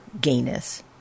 gayness